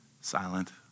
silent